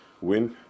win